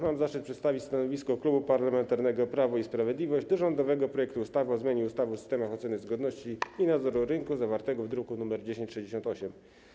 Mam zaszczyt przedstawić stanowisko Klubu Parlamentarnego Prawo i Sprawiedliwość wobec rządowego projektu ustawy o zmianie ustawy o systemach oceny zgodności i nadzoru rynku zawartego w druku nr 1068.